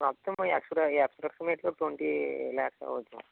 మొత్తము అప్రాక్సీ approximately twenty lakhs అవుతుంది మేడం